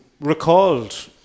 recalled